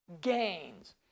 gains